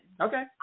Okay